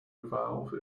valve